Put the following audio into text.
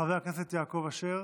חבר הכנסת יעקב אשר.